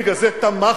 בגלל זה תמכתם,